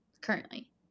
currently